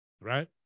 right